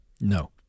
No